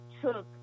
took